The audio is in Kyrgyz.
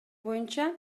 боюнча